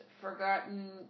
forgotten